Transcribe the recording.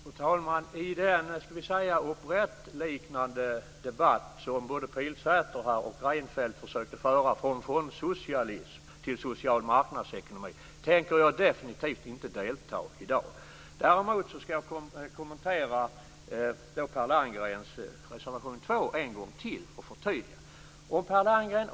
Fru talman! I den operettliknande debatt som både Pilsäter och Reinfeldt försökte föra om "från fondsocialism till social marknadsekonomi" tänker jag definitivt inte delta i i dag. Däremot skall jag kommentera Per Landgrens reservation 2 en gång till och förtydliga.